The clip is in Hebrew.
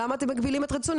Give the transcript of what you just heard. למה אתם מגבילים את רצוני?